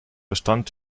bestand